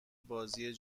بازیای